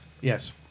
Yes